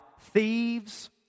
Thieves